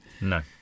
No